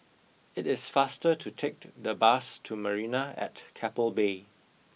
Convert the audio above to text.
it is faster to take the bus to Marina at Keppel Bay